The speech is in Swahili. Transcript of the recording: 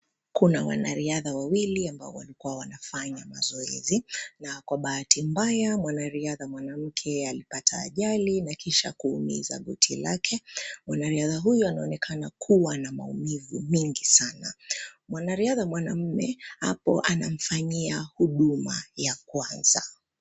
Kuna wanariadha wawili ambao walikua wanafanya mazoezi, na kwa bahati mbaya mwanariadha mwanamke alipata ajali na kisha kuumiza goti lake. Mwanariadha huyu anaonekana kuwa na maumivu mingi sana. Mwanariadha mwanamme, apo anamfanyia huduma ya kwanza.